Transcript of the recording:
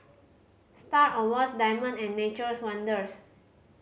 Star Awards Diamond and Nature's Wonders